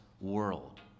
world